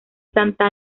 santa